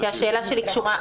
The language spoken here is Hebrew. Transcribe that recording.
השאלה שלי קשורה,